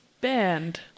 band